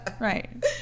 right